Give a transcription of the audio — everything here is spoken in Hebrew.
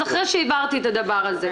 אחרי שהבהרתי את הדבר הזה,